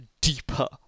deeper